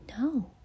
no